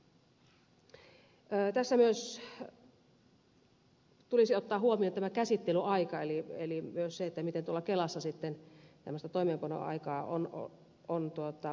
tässä tulisi myös ottaa huomioon tämä käsittelyaika eli myös se miten tuolla kelassa toimeenpanoaikaa on käytettävissä